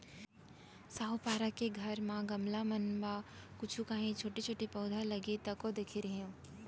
साहूपारा के घर म गमला मन म कुछु कॉंहीछोटे छोटे पउधा लगे तको देखे रेहेंव